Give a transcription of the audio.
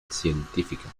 científica